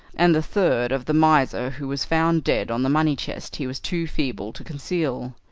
and the third of the miser who was found dead on the money chest he was too feeble to conceal.